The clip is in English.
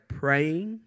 praying